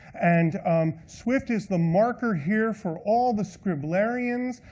and um swift is the marker here, for all the scriblarians.